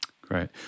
Great